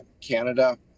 Canada